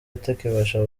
atakibasha